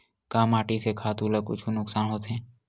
का माटी से खातु ला कुछु नुकसान होथे?